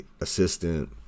assistant